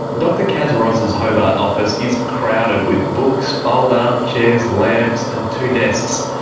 dr kaz ross's hobart office is crowded with books, old armchairs, lamps, and two desks.